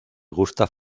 gustav